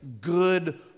good